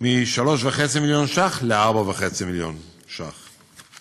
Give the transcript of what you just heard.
מ-3.5 מיליון ש"ח ל-4.5 מיליון ש"ח.